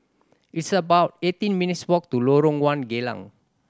it's about eighteen minutes' walk to Lorong One Geylang